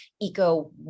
eco